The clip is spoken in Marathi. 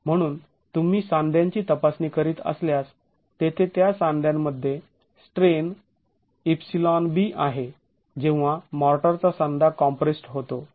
म्हणून तुम्ही सांध्यांची तपासणी करीत असल्यास तेथे त्या सांध्यांमध्ये स्ट्रेन εb आहे जेव्हा मॉर्टरचा सांधा कॉम्प्रेस्ड् होतो